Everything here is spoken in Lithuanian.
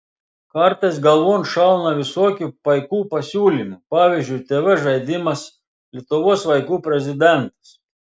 kartais galvon šauna visokių paikų pasiūlymų pavyzdžiui tv žaidimas lietuvos vaikų prezidentas